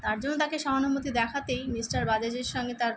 তার জন্য তাকে সহানুভূতি দেখাতেই মিস্টার বাজাজের সঙ্গে তার